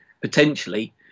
potentially